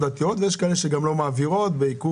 הדברים פה לא השתנו דרמטית לעומת השנה